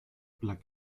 plug